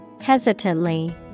Hesitantly